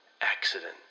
accident